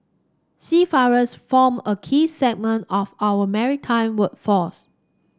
seafarers form a key segment of our maritime workforce